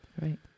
Right